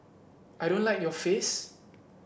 I don't like your face